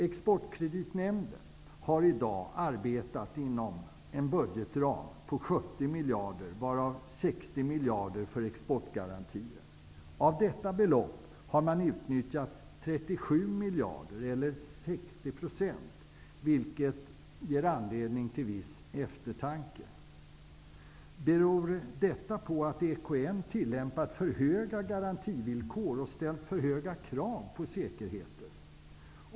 Exportkreditnämnden har hittills arbetat inom en budgetram på 70 miljarder kronor, varav 60 miljarder kronor har varit för exportgarantier. Av detta belopp har bara 37 miljarder kronor utnyttjats, dvs. 60 %-- vilket ger anledning till viss eftertanke. Beror detta på att EKN har tillämpat för höga garantivillkor och ställt för höga krav på säkerheter?